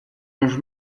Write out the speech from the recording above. los